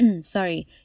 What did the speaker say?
sorry